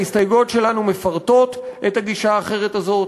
ההסתייגויות שלנו מפרטות את הגישה האחרת הזאת.